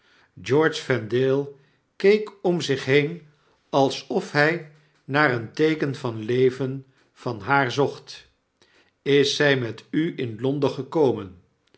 george vendale keek om zich heen alsof hij naar een teeken van leven van haar zocht is zij met u in londen gekomen